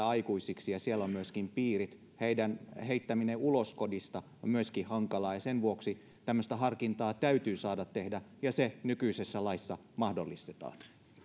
aikuisiksi ja siellä ovat myöskin piirit heidän heittämisensä ulos kodistaan on myöskin hankalaa ja sen vuoksi tämmöistä harkintaa täytyy saada tehdä ja se nykyisessä laissa mahdollistetaan